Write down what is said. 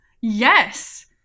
yes